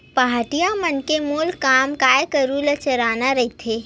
पहाटिया मन के मूल काम गाय गरु ल चराना रहिथे